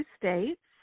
states